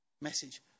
message